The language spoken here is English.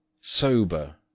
Sober